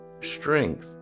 strength